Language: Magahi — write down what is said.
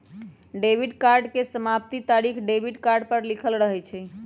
डेबिट कार्ड के समाप्ति तारिख डेबिट कार्ड पर लिखल रहइ छै